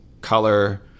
color